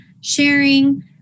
sharing